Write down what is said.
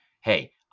hey